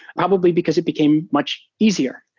probably because it became much easier,